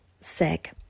sick